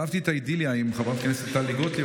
אהבתי את האידיליה עם חברת הכנסת טלי גוטליב,